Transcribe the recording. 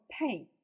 pain